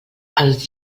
els